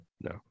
no